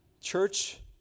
Church